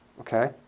okay